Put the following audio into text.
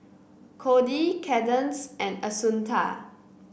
Kody Cadence and Assunta